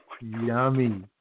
Yummy